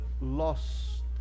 lost